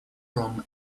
from